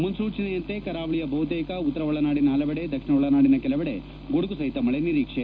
ಮುನ್ಲೂಚನೆಯಂತೆ ಕರಾವಳಿಯ ಬಹುತೇಕ ಉತ್ತರ ಒಳನಾಡಿನ ಪಲವೆಡೆ ಹಾಗೂ ದಕ್ಷಿಣ ಒಳನಾಡಿನ ಕೆಲವೆಡೆ ಗುಡುಗುಸಹಿತ ಮಳೆ ನೀರೀಕ್ಷಿತ